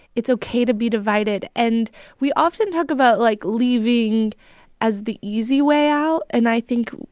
it's ok to be divided. and we often talk about, like, leaving as the easy way out. and i think,